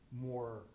more